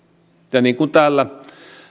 niin kuin täällä